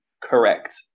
correct